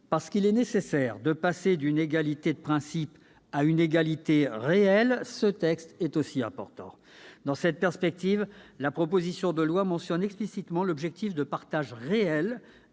Parce qu'il est nécessaire de passer d'une égalité de principe à une égalité réelle, ce texte est important. Dans cette perspective, la proposition de loi mentionne explicitement l'objectif d'un partage réel